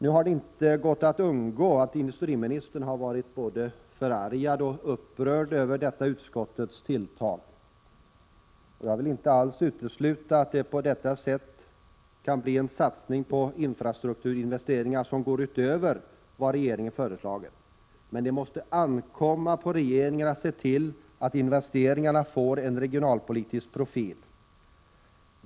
Nu har man inte kunnat undgå att märka att industriministern har varit både förargad och upprörd över detta utskottets tilltag. Jag vill inte alls utesluta att det på detta sätt kan bli en satsning på infrastrukturinvesteringar som går utöver vad regeringen har föreslagit, men det måste ankomma på regeringen att se till att investeringarna får en regionalpolitisk profil.